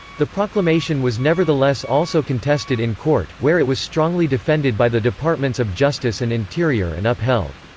the proclamation was nevertheless also contested in court, where it was strongly defended by the departments of justice and interior and upheld.